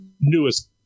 newest